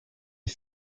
est